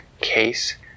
case